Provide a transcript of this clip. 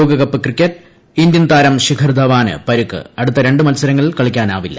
ലോകകപ്പ് ക്രിക്കറ്റ് ഇന്ത്യൻതാരം ശിഖർ ധവാന് പരുക്ക് അടുത്ത ര ് മത്സരങ്ങളിൽ കളിക്കാനാവില്ല